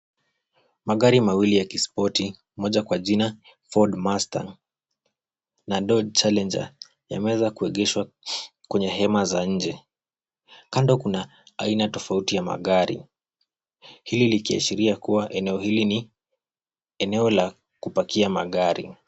Magari mawili ya kispoti, moja kwa jina Ford Mustang na Dodge Challenger yameweza kuegeshwa kwenye hema za nje. Kando kuna aina tofauti ya magari, hili likiashiria kuwa eneo hili ni eneo la kupakia magari.